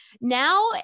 Now